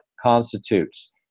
constitutes